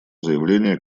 заявление